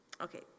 Okay